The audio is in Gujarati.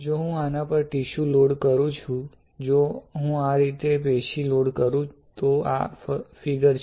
જો હું આના પર ટીશ્યુ લોડ કરું છું જો હું આ રીતે પેશી લોડ કરું તો આ ફિગર છે